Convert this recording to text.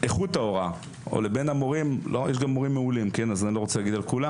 איכות ההוראה ויש גם מורים מעולים אז אני לא רוצה לדבר על כולם